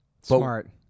Smart